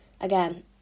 again